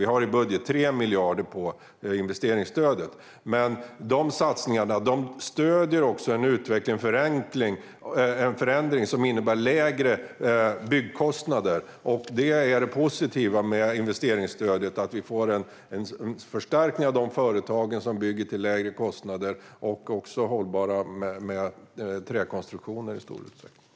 Vi har i budgeten 3 miljarder till investeringsstödet. Denna satsning stöder en förändring som innebär lägre byggkostnader. Det positiva med investeringsstödet är att vi får en förstärkning av de företag som bygger hus till lägre kostnader på ett hållbart sätt, i stor utsträckning med träkonstruktioner.